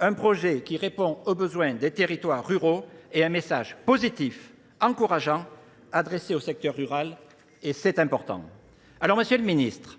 Un projet qui répond aux besoins des territoires ruraux et un message positif, encourageant, adressé au secteur rural et c'est important. Alors Monsieur le Ministre,